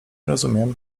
rozumiem